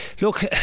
look